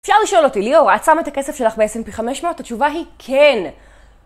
אפשר לשאול אותי, ליאור, את שמה את הכסף שלך ב-S&P500? התשובה היא כן.